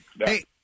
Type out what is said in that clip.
Hey